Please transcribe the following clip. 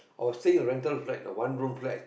I was staying in a rental flat a one room flat